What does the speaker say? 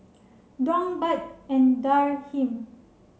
Dong Baht and Dirham